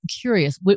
curious